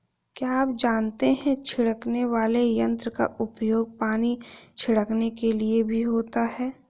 क्या आप जानते है छिड़कने वाले यंत्र का उपयोग पानी छिड़कने के लिए भी होता है?